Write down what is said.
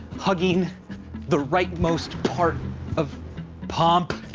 hugging the right most part of pump.